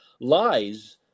lies